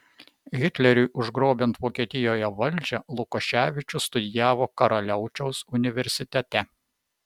hitleriui užgrobiant vokietijoje valdžią lukoševičius studijavo karaliaučiaus universitete